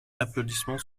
applaudissements